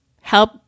help